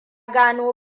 gano